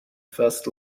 first